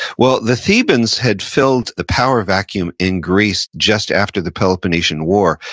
well, the thebans had filled the power vacuum in greece just after the peloponnesian war,